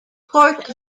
court